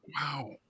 Wow